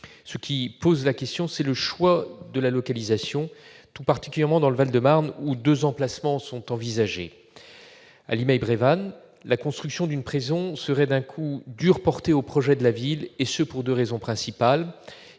Ce qui pose question, c'est le choix de la localisation, tout particulièrement dans le Val-de-Marne, où deux emplacements sont envisagés. À Limeil-Brévannes, la construction d'une prison serait un coup dur porté aux projets de la ville, et ce pour deux raisons principales